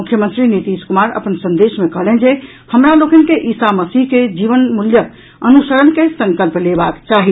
मुख्यमंत्री नीतीश कुमार अपन संदेश मे कहलनि जे हमरा लोकनि के ईसा मसीह के जीवन मूल्यक अनुसरण के संकल्प लेबाक चाही